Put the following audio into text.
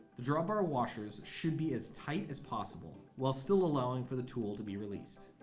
the drawbar washers should be as tight as possible while still allowing for the tool to be released.